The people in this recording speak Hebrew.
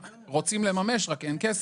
רוצים לממש, רק שאין כסף.